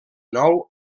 nou